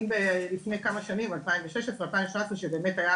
אם לפני כמה שנים 2016-2017 זאמת הייתה